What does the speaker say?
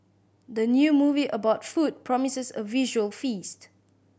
the new movie about food promises a visual feast